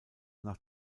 nach